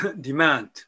demand